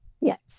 Yes